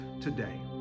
today